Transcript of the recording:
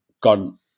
gone